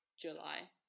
July